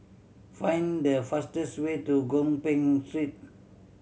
find the fastest way to Gopeng Street